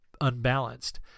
unbalanced